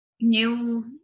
new